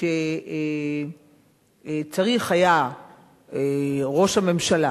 שצריך היה ראש הממשלה